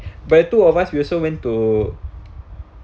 but the two of us we also went to